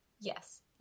Yes